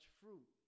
fruit